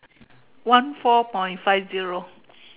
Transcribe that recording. one four point five zero